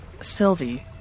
Sylvie